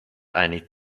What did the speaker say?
eine